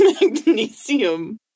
magnesium